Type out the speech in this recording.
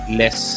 less